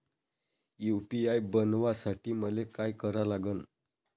UPI बनवासाठी मले काय करा लागन?